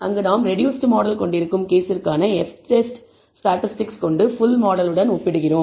அங்கு நாம் reduced model கொண்டிருக்கும் கேஸிற்கான F டெஸ்ட் ஸ்டாட்டிஸ்டிக்ஸ் கொண்டு ஃபுல் மாடலுடன் ஒப்பிடுகிறோம்